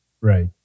Right